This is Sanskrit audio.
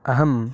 अहम्